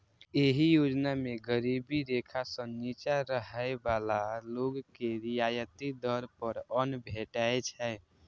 एहि योजना मे गरीबी रेखा सं निच्चा रहै बला लोक के रियायती दर पर अन्न भेटै छै